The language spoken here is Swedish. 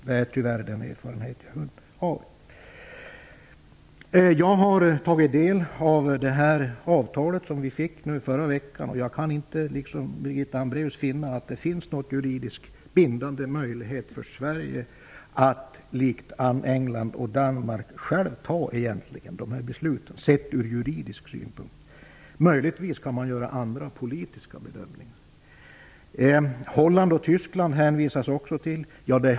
Det är tyvärr den erfarenhet jag har. Jag har tagit del av det avtal som vi fick förra veckan. Jag kan, liksom Birgitta Hambraeus, inte finna att det finns någon juridiskt bindande möjlighet för Sverige att likt England och Danmark egentligen själv fatta dessa beslut. Möjligen kan man göra andra politiska bedömningar. Holland och Tyskland hänvisar man också till.